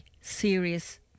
serious